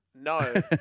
No